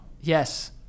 Yes